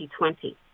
2020